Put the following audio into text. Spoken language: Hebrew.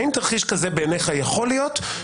האם תרחיש כזה בעיניך יכול להיות?